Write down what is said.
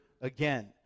again